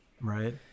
Right